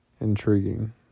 intriguing